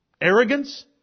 arrogance